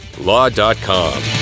Law.com